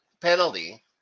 penalty